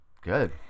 Good